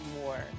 more